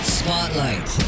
spotlight